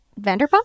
Vanderpump